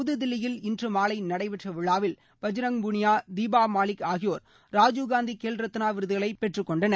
புதுதில்லியில் இன்று மாலை நடைபெற்ற விழாவில் பஜ்ரங் புனியா தீபா மாலிக் ஆகியோர் ராஜீவ்காந்தி கேல் ரத்னா விருதுகளை பெற்றுக்கொண்டனர்